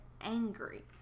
angry